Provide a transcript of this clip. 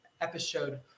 episode